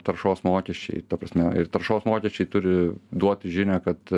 taršos mokesčiai ta prasme ir taršos mokesčiai turi duoti žinią kad